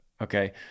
Okay